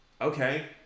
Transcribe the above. Okay